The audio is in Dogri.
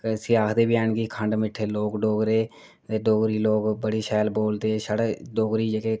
ते इसी आखदे बी हैन खंड मिट्ठे लोक डोगरे ते डोगरी लोक बड़े शैल बोलदे छड़े डोगरी जेह्के